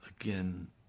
again